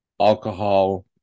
alcohol